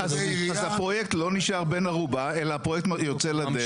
אז הפרויקט לא נשאר בן ערובה אלא הפרויקט יוצא לדרך,